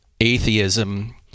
atheism